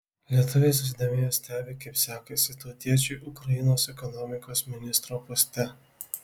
lietuviai susidomėję stebi kaip sekasi tautiečiui ukrainos ekonomikos ministro poste